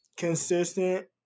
consistent